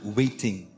waiting